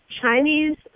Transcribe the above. Chinese